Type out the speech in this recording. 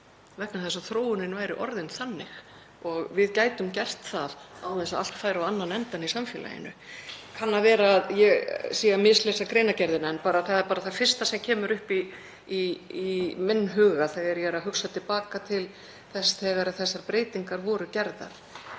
jafnt, að þróunin væri orðin þannig og við gætum gert það án þess að allt færi á annan endann í samfélaginu. Það kann að vera að ég sé að mislesa greinargerðina en það er það fyrsta sem kemur upp í huga minn þegar ég hugsa til baka til þess þegar þessar breytingar voru gerðar.